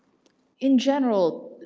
in general